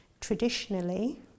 Traditionally